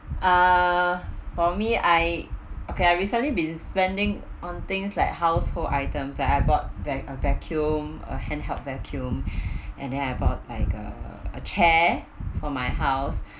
uh for me I okay I recently been spending on things like household items that I bought vac~ vacuum a handheld vacuum and then I bought like uh a chair for my house